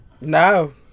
No